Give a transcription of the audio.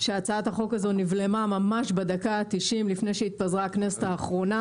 שהצעת החוק הזו נבלמה ממש בדקה ה-90 לפני שהתפזרה הכנסת האחרונה